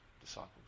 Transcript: disciples